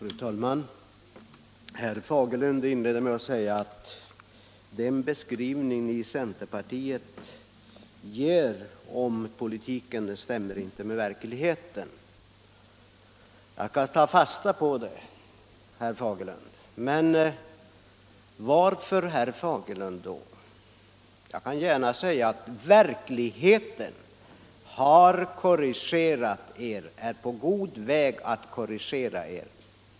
Fru talman! Herr Fagerlund inledde sitt anförande med att säga att den beskrivning som vi i centerpartiet ger av politiken inte stämmer med verkligheten. Jag vill gärna säga till herr Fagerlund att verkligheten är på god väg att korrigera er.